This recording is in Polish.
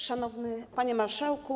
Szanowny Panie Marszałku!